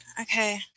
Okay